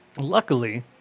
Luckily